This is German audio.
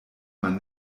man